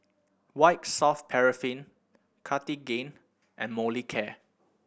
White Soft Paraffin Cartigain and Molicare